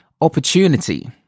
opportunity